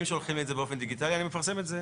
אם שולחים לי באופן דיגיטלי אני מפרסם את זה,